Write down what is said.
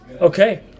Okay